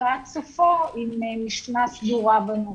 לקראת סופו עם משנה סדורה בנושא.